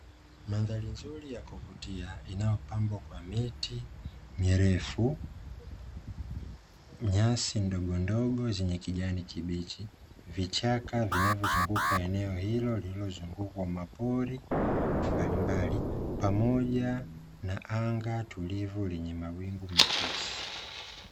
Mandhari nzuri ya kuvutia inayopambwa kwa miti mirefu, nyasi ndogondogo zenye kijani kibichi, vichaka vinavyozunguka eneo hilo, lililozungukwa kwa mapori mbalimbali, pamoja na anga tulivu lenye mawingu mepesi.